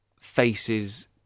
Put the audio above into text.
faces